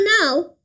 now